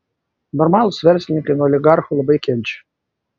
normalūs verslininkai nuo oligarchų labai kenčia